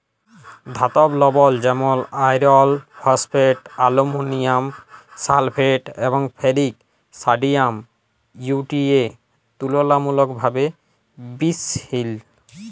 ধাতব লবল যেমল আয়রল ফসফেট, আলুমিলিয়াম সালফেট এবং ফেরিক সডিয়াম ইউ.টি.এ তুললামূলকভাবে বিশহিল